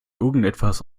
irgendwas